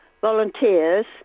volunteers